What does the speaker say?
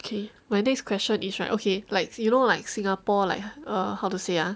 okay my next question is right okay like you know like singapore like how to say ah